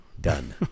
Done